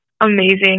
amazing